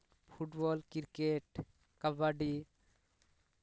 football cricket kabaddi